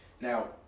Now